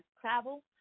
travel